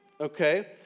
Okay